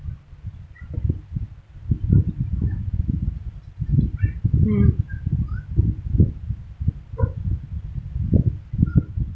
mm